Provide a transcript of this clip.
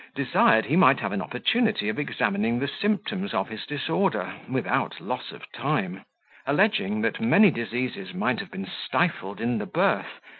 desired he might have an opportunity of examining the symptoms of his disorder, without loss of time alleging that many diseases might have been stifled in the birth,